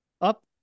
up